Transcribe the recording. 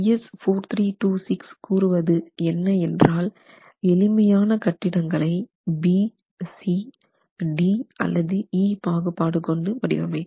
IS 4326 கூறுவது என்ன என்றால் எளிமையான கட்டிடங்களை BCD அல்லது E பாகுபாடு கொண்டு வடிவமைக்கலாம்